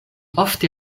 ofte